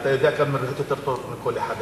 ואתה יודע כמה הן מרוויחות יותר טוב מכל אחד אחר,